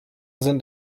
sind